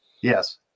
Yes